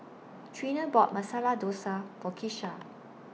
Treena bought Masala Dosa For Kisha